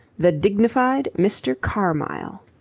the dignified mr. carmyle